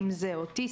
אם זה אוטיסטים,